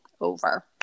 over